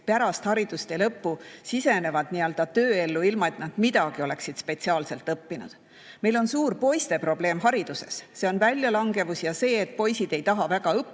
kes pärast haridustee lõppu sisenevad tööellu, ilma et nad midagi oleksid spetsiaalselt õppinud. Meil on suur poiste probleem hariduses – see on väljalangevus ja see, et poisid ei taha väga õppida,